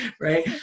right